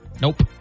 Nope